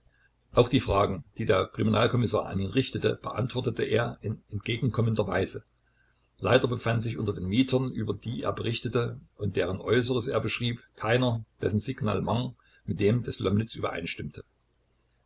auch die fragen die der kriminalkommissar an ihn richtete beantwortete er in entgegenkommender weise leider befand sich unter den mietern über die er berichtete und deren äußeres er beschrieb keiner dessen signalement mit dem des lomnitz übereinstimmte